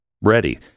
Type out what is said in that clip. ready